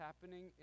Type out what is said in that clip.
happening